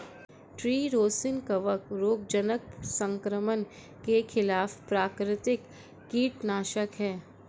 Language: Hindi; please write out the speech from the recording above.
ट्री रोसिन कवक रोगजनक संक्रमण के खिलाफ प्राकृतिक कीटनाशक है